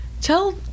tell